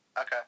okay